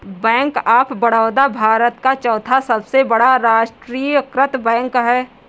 bank of Baroda Bharat का चौथा सबसे बड़ा राष्ट्रीयकृत बैंक है